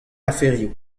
aferioù